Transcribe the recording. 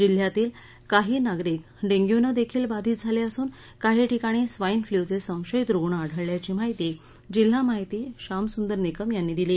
जिल्ह्यातील काही नागरिक डेंग्यूनं देखील बाधित झाले असून काही ठिकाणी स्वाईन फ्ल्यूचे संशयित रुग्ण आढळल्याची माहिती जिल्हा माहिती श्यामसुंदर निकम यांनी दिली